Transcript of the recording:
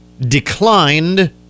declined